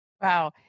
Wow